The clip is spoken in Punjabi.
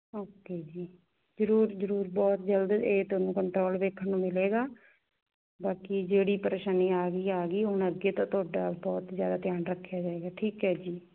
ਓਕੇ ਜੀ ਜ਼ਰੂਰ ਜ਼ਰੂਰ ਬਹੁਤ ਜਲਦ ਇਹ ਤੁਹਾਨੂੰ ਕੰਟਰੋਲ ਵੇਖਣ ਨੂੰ ਮਿਲੇਗਾ ਬਾਕੀ ਜਿਹੜੀ ਪਰੇਸ਼ਾਨੀ ਆ ਗਈ ਆ ਗਈ ਹੁਣ ਅੱਗੇ ਤੋਂ ਤੁਹਾਡਾ ਬਹੁਤ ਜ਼ਿਆਦਾ ਧਿਆਨ ਰੱਖਿਆ ਜਾਏਗਾ ਠੀਕ ਹੈ ਜੀ